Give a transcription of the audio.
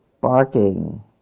barking